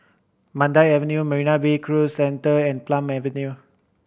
Mandai Avenue Marina Bay Cruise Centre and Palm Avenue